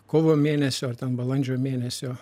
kovo mėnesio ar ten balandžio mėnesio